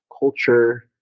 culture